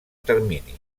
termini